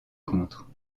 contre